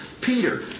Peter